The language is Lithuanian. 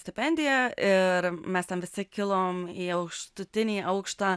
stipendiją ir mes ten visi kilom į aukštutinį aukštą